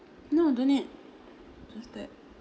no don't need just that